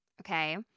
Okay